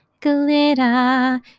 Glitter